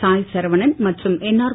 சாய் சரவணன் மற்றும் என்ஆர்